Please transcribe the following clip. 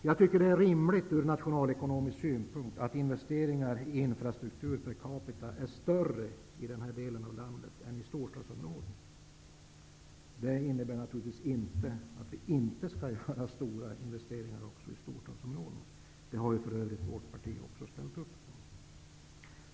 Jag tycker att det är rimligt ur nationalekonomisk synpunkt att investeringar i infrastruktur per capita är större i denna del av landet än i storstadsområdena. Det innebär naturligtvis inte att vi inte skall göra stora investeringar också i storstadsområdena. Det har för övrigt vårt parti även ställt sig bakom.